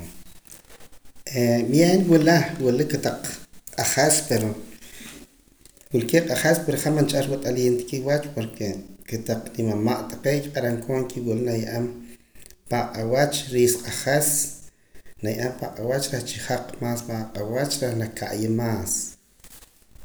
bien wula wula kotaq q'ajas pero wilkee' q'ajas pero han man cha ar wat'aliim kiwach porque kotaq numama' taqee' kiq'arankoon que wula naye'em pa' aq'awach riis q'ajas na ye'eem pan aq'awach reh chi jak más paam aq'awach reh naka'ya más.